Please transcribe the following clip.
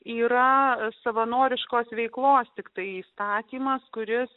yra savanoriškos veiklos tiktai įstatymas kuris